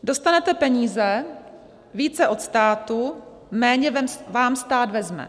Dostanete peníze, více od státu, méně vám stát vezme.